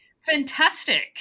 fantastic